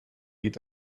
geht